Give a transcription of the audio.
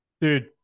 dude